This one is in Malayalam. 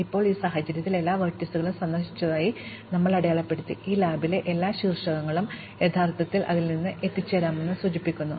ഇപ്പോൾ ഈ സാഹചര്യത്തിൽ എല്ലാ വെർട്ടീസുകളും സന്ദർശിച്ചതായി ഞങ്ങൾ അടയാളപ്പെടുത്തി ഈ ലാബിലെ എല്ലാ ശീർഷകങ്ങളും യഥാർത്ഥത്തിൽ അതിൽ നിന്ന് എത്തിച്ചേരാമെന്ന് സൂചിപ്പിക്കുന്നു